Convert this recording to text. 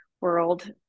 world